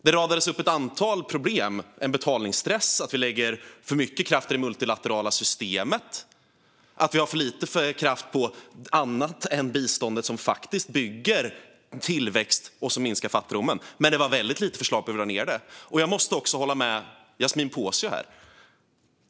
Det radades upp ett antal problem, som att vi har en betalningsstress, att vi lägger för mycket kraft i det multilaterala systemet och att vi lägger för lite kraft på annat än biståndet som bygger tillväxt och minskar fattigdomen. Men det var väldigt lite förslag på hur vi ska komma till rätta med detta. Jag måste också hålla med Yasmine Posio här.